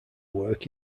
work